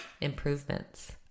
improvements